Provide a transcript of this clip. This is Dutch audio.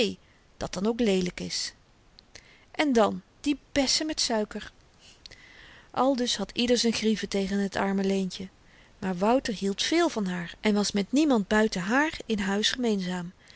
dat dan ook leelyk is en dan die bessen met suiker aldus had ieder z'n grieven tegen t arme leentje maar wouter hield veel van haar en was met niemand buiten haar in huis gemeenzaam